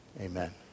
Amen